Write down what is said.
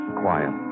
quiet